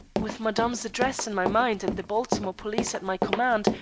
with madame's address in my mind and the baltimore police at my command,